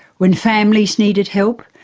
when families needed help,